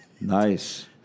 nice